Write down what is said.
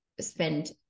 spend